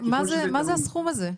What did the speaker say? מה זה הסכום הזה?